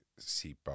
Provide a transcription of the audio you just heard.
seatbelt